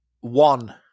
one